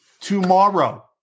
tomorrow